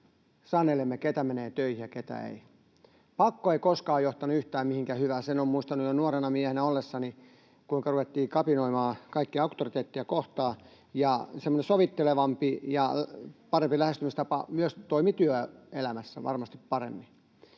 sanelemme, kuka menee töihin ja ketkä eivät. Pakko ei ole koskaan johtanut yhtään mihinkään hyvään — sen olen muistanut jo nuorena miehenä ollessani, kuinka ruvettiin kapinoimaan kaikkia auktoriteetteja kohtaan, ja semmoinen sovittelevampi ja parempi lähestymistapa myös toimii työelämässä varmasti paremmin.